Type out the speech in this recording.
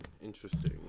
Interesting